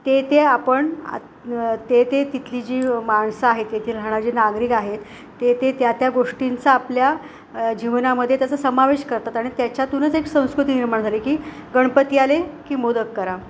ते ते आपण ते ते तिथली जी माणसं आहेत तेथील राहणारे जे नागरिक आहेत ते ते त्या त्या गोष्टींचा आपल्या जीवनामध्ये त्याचा समावेश करतात आणि त्याच्यातूनच एक संस्कृती निर्माण झाली की गणपती आले की मोदक करा